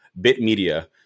BitMedia